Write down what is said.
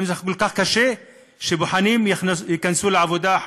האם זה כל כך קשה שבוחנים חדשים ייכנסו לעבודה?